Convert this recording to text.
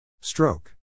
Stroke